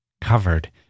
covered